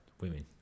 women